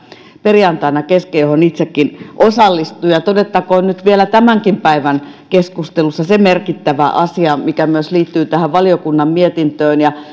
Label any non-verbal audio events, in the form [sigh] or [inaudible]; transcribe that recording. vähän kesken tämä keskustelu johon itsekin osallistuin todettakoon nyt vielä tämänkin päivän keskustelussa se merkittävä asia mikä myös liittyy tähän valiokunnan mietintöön ja [unintelligible]